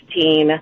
2016